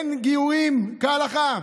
אין גיורים כהלכה,